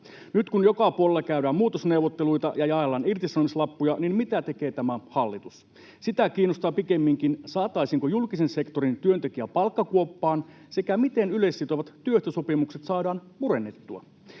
Nyt kun joka puolella käydään muutosneuvotteluita ja jaellaan irtisanomislappuja, mitä tekee tämä hallitus? Sitä kiinnostaa pikemminkin, saataisiinko julkisen sektorin työntekijä palkkakuoppaan sekä miten yleissitovat työehtosopimukset saadaan murennettua.